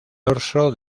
dorso